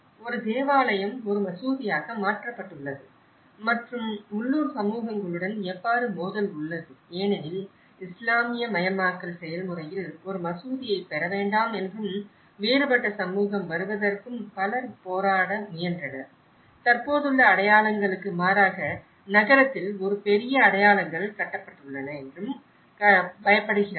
ஒரு தேவாலயம் ஒரு மசூதியாக மாற்றப்பட்டுள்ளது மற்றும் உள்ளூர் சமூகங்களுடன் எவ்வாறு மோதல் உள்ளது ஏனெனில் இஸ்லாமியமயமாக்கல் செயல்முறையில் ஒரு மசூதியைப் பெற வேண்டாம் என்றும் வேறுபட்ட சமூகம் வருவதற்கும் பலர் போராட முயன்றனர் தற்போதுள்ள அடையாளங்களுக்கு மாறாக நகரத்தில் ஒரு பெரிய அடையாளங்கள் கட்டப்பட்டுள்ளன என்றும் பயப்படுகிறார்கள்